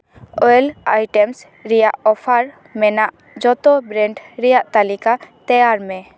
oil items ᱨᱮᱭᱟᱜ offer ᱢᱮᱱᱟᱜ ᱡᱚᱛᱚ ᱵᱨᱮᱱᱰ ᱨᱮᱭᱟᱜ ᱛᱟᱹᱞᱤᱠᱟ ᱛᱮᱭᱟᱨ ᱢᱮ